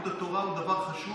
ולימוד התורה הוא דבר חשוב